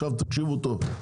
תקשיבו טוב,